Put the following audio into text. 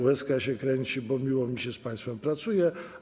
Łezka się kręci, bo miło mi się z państwem pracuje.